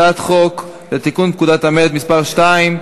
חוק לתיקון פקודת המלט (מס' 2)